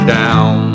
down